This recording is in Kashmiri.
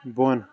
بۄن